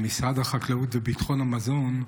במשרד החקלאות וביטחון המזון,